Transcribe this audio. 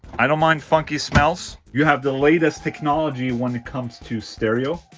i don't mind funky smells. you have the latest technology when it comes to stereo,